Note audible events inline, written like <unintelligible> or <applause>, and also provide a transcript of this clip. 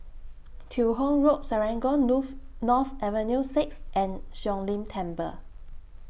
Teo Hong Road Serangoon <unintelligible> North Avenue six and Siong Lim Temple